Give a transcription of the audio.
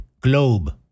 globe